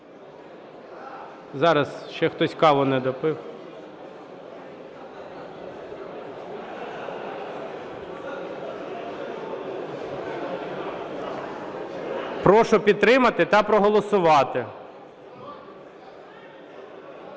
Зараз, ще хтось каву не допив. Прошу підтримати та проголосувати.